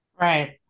Right